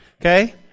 Okay